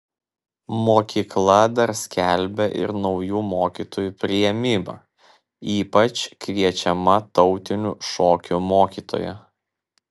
mokykla dar skelbia ir naujų mokytojų priėmimą ypač kviečiama tautinių šokių mokytoja